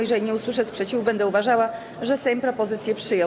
Jeżeli nie usłyszę sprzeciwu, będę uważała, że Sejm propozycję przyjął.